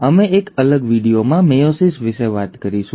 અમે એક અલગ વિડિઓમાં મેયોસિસ વિશે વાત કરીશું